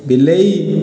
ବିଲେଇ